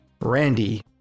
Randy